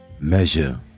Measure